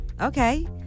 Okay